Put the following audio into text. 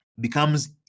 becomes